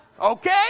Okay